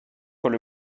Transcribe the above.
quand